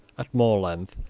at more length,